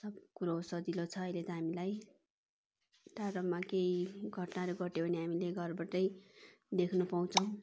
सब कुरो सजिलो छ अहिले त हामीलाई टाडामा केही घटनाहरू घट्यो भने हामीले घरबाटै देख्न पाउँछौँ